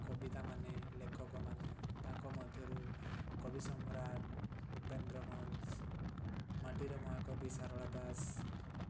କବିତାମାନେ ଲେଖକମାନେ ତାଙ୍କ ମଧ୍ୟରୁ କବି ସମ୍ରାଟ ଉପେନ୍ଦ୍ରଭଞ୍ଜ ମାଟିର ମହାକବି ସାରଳା ଦାସ